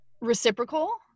reciprocal